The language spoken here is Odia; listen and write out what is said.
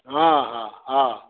ହଁ ହଁ ହଁ